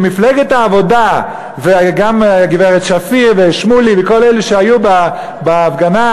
שמפלגת העבודה וגם הגברת שפיר ושמולי וכל אלה שהיו בהפגנה,